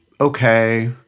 okay